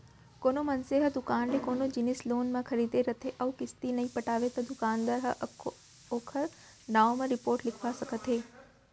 कोनो मनसे ह दुकान ले कोनो जिनिस लोन म खरीदे रथे अउ किस्ती नइ पटावय त दुकानदार ह ओखर नांव म रिपोट लिखवा सकत हे